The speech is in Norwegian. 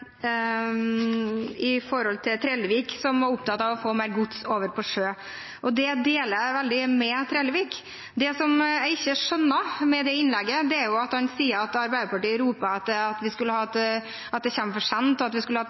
Trellevik, som var opptatt av å få mer gods over på sjø, deler jeg veldig det synet. Det som jeg ikke skjønner med innlegget, er at han sier at Arbeiderpartiet roper at det kommer for sent, og at vi skulle hatt mer penger. Nei, Arbeiderpartiet sier ikke det. Vi sier at det er veldig bra at